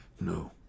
No